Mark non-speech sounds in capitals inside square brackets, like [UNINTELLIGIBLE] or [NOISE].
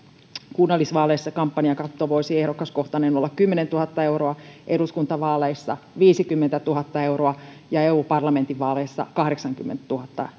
kunnallisvaaleissa ehdokaskohtainen kampanjakatto voisi olla kymmenentuhatta euroa eduskuntavaaleissa viisikymmentätuhatta euroa ja eu parlamentin vaaleissa kahdeksankymmentätuhatta [UNINTELLIGIBLE]